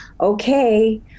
okay